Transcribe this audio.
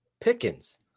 Pickens